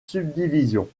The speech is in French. subdivision